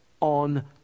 on